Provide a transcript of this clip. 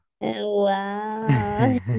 Wow